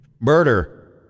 Murder